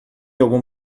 algum